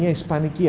yeah spanish yeah